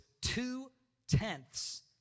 two-tenths